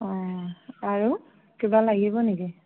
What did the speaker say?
অঁ আৰু কিবা লাগিব নেকি